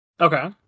okay